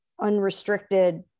unrestricted